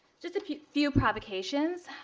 just a few few provocations.